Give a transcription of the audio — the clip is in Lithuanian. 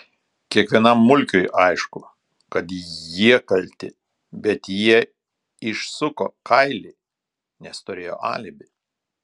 kiekvienam mulkiui aišku kad jie kalti bet jie išsuko kailį nes turėjo alibi